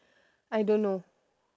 I don't know